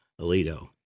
Alito